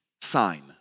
sign